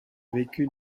vécu